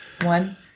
One